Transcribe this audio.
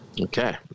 Okay